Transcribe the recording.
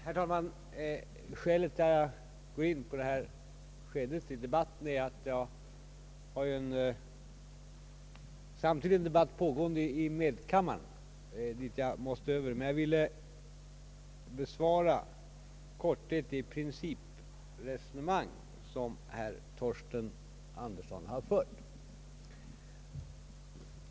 Herr talman! Skälet till att jag går upp i detta skede av debatten är att det samtidigt pågår en debatt i medkammaren, dit jag måste över. Jag vill i korthet bemöta det principresonemang som herr Torsten Andersson har fört.